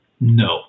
No